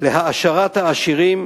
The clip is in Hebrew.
להעשרת העשירים